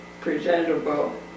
presentable